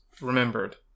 remembered